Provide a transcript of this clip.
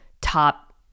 top